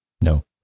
no